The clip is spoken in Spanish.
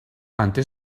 ante